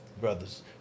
brothers